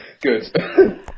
good